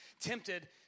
tempted